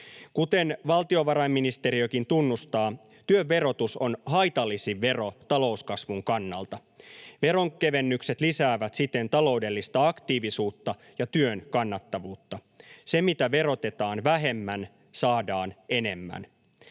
Kuten valtiovarainministeriökin tunnustaa, työn verotus on haitallisin vero talouskasvun kannalta. Veronkevennykset lisäävät siten taloudellista aktiivisuutta ja työn kannattavuutta. Sitä, mitä verotetaan vähemmän, saadaan enemmän.